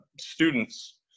students